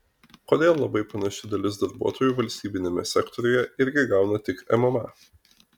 kodėl labai panaši dalis darbuotojų valstybiniame sektoriuje irgi gauna tik mma